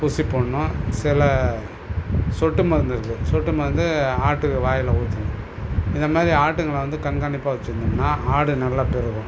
ஊசி போடணும் சில சொட்டு மருந்து இருக்கு சொட்டு மருந்து ஆட்டுக்கு வாயில் ஊற்றுணும் இந்த மாதிரி ஆட்டுங்களை வந்து கண்காணிப்பாக வச்சுருந்தோம்ன்னா ஆடு நல்லா பெருகும்